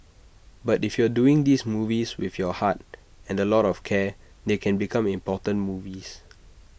but if you doing these movies with your heart and A lot of care they can become important movies